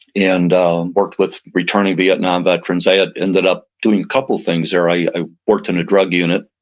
and um worked with returning vietnam veterans. i ah ended up doing a couple of things there. i ah worked in drug unit.